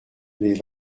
lès